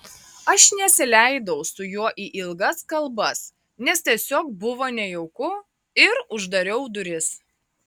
aš nesileidau su juo į ilgas kalbas nes tiesiog buvo nejauku ir uždariau duris